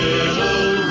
Little